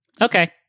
Okay